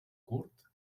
curt